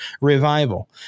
revival